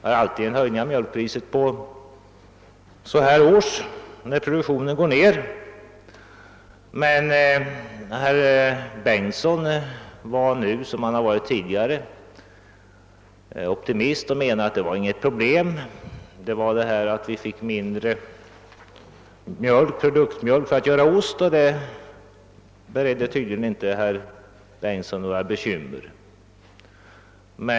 Priset höjs alltid så här års när mjölkproduktionen går ned. Men statsrådet Bengtsson är nu som tidigare optimist och menar att detta inte är något problem; vi får mindre produktmjölk för att göra ost, och det bereder tydligen inte herr Bengtsson några bekymmer.